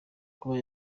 kuba